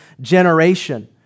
generation